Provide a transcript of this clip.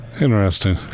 Interesting